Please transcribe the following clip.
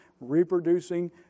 reproducing